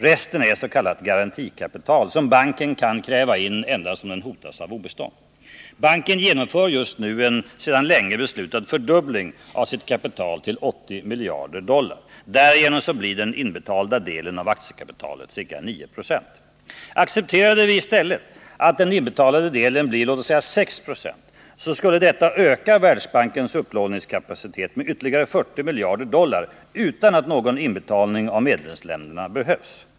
Resten är s.k. garantikapital, som banken kan kräva in endast om den hotas av obestånd. Banken genomför just nu en sedan länge beslutad fördubbling av sitt kapital till 80 miljarder dollar. Därigenom blir den inbetalda delen av aktiekapitalet ca 9 96. Accepterade vi i stället att den inbetalade delen blir, låt oss säga 6 9o, skulle detta öka Världsbankens upplåningskapacitet med ytterligare 40 miljarder dollar utan att någon inbetalning av medlemsländerna behövs.